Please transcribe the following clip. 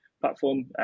platform